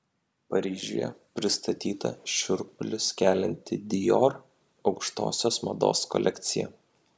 paryžiuje pristatyta šiurpulius kelianti dior aukštosios mados kolekcija